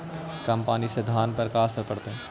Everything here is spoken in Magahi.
कम पनी से धान पर का असर पड़तायी?